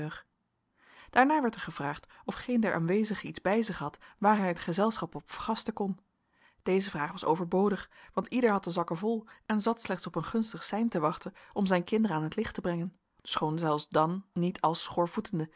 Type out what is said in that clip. daarna werd er gevraagd of geen der aanwezigen iets bij zich had waar hij het gezelschap op vergasten kon deze vraag was overbodig want ieder had de zakken vol en zat slechts op een gunstig sein te wachten om zijn kinderen aan t licht te brengen schoon zelfs dan niet als schoorvoetende